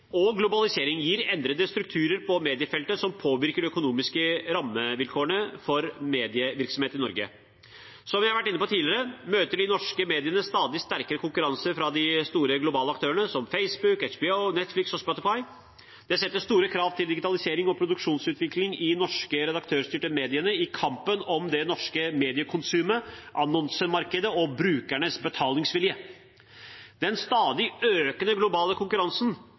og globaliseringen gir endrede strukturer på mediefeltet som påvirker de økonomiske rammevilkårene for medievirksomhet i Norge. Som jeg har vært inne på tidligere, møter de norske mediene stadig sterkere konkurranse fra de store globale aktørene, som Facebook, HBO, Netflix og Spotify. Det setter store krav til digitalisering og produktutvikling i de norske redaktørstyrte mediene i kampen om det norske mediekonsumet, annonsemarkedet og brukernes betalingsvilje. Den stadig økende globale konkurransen